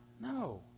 No